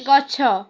ଗଛ